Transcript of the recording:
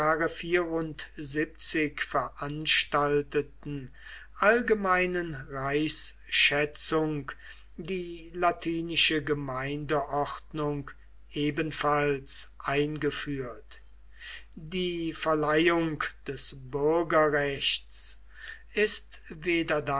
veranstalteten allgemeinen reichsschätzung die latinische gemeindeordnung ebenfalls eingeführt die verleihung des bürgerrechts ist